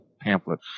pamphlet